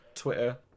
Twitter